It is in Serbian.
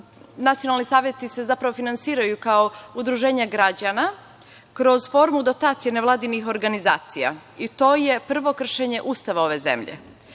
nacionalni saveti se finansiraju kao udruženja građana kroz formu dotacije nevladinih organizacija i to je prvo kršenje Ustava ove zemlje.